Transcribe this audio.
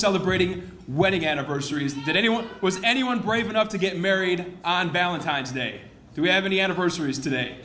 celebrating wedding anniversaries that anyone was anyone brave enough to get married on valentine's day do we have any anniversaries today